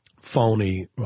phony